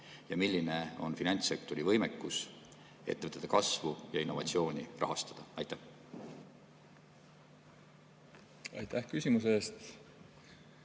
ja milline on finantssektori võimekus ettevõtete kasvu ja innovatsiooni rahastada? Aitäh küsimuse eest!